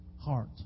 heart